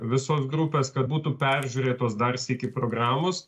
visos grupės kad būtų peržiūrėtos dar sykį programos